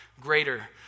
greater